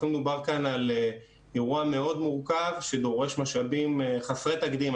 לכן מדובר כאן על אירוע מאוד מורכב שדורש משאבים חסרי תקדים,